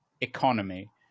economy